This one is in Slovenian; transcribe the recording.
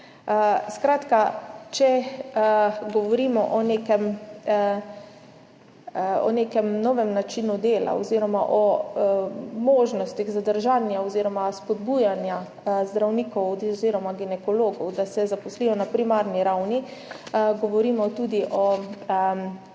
Skratka, če govorimo o nekem novem načinu dela oziroma o možnostih zadržanja oziroma spodbujanja zdravnikov oziroma ginekologov, da se zaposlijo na primarni ravni, govorimo tudi o možnosti